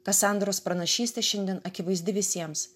kasandros pranašystė šiandien akivaizdi visiems